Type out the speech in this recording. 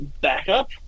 backup